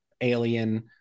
alien